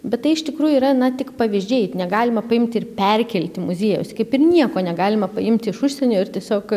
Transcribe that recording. bet tai iš tikrųjų yra na tik pavyzdžiai negalima paimti ir perkelti muziejaus kaip ir nieko negalima paimti iš užsienio ir tiesiog